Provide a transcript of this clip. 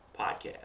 podcast